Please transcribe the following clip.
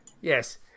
Yes